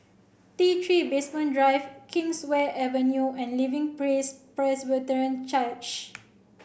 T Three Base One Drive Kingswear Avenue and Living Praise Presbyterian Church